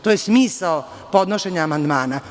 To je smisao podnošenja amandmana.